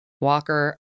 Walker